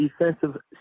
defensive